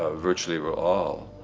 ah virtually were all